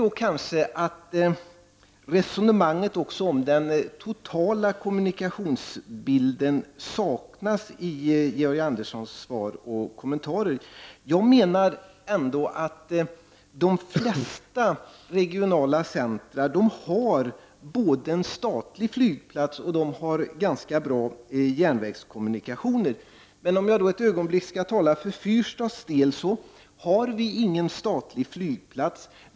Jag tycker att resonemanget om den totala kommunikationsbilden saknas i Georg Anderssons svar och kommentarer. De flesta regionala centra har både en statlig flygplats och ganska bra järnvägskommunikationer. Men om jag ett ögonblick skall tala för fyrstadsregionens del, vill jag säga att vi inte har någon statlig flygplats.